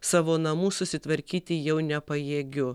savo namų susitvarkyti jau nepajėgiu